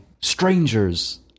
Strangers